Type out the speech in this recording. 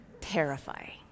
Terrifying